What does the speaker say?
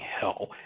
hell